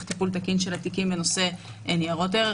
טיפול תקין של התיקים בנושא ניירות ערך.